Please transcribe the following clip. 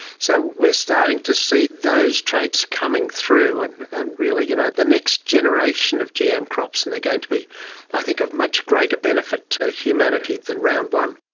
so we're starting to see those traits coming through, and and you know, the next generation of gm crops, and they're going to be i think of much greater benefit to humanity than round one.